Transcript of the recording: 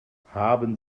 haben